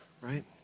right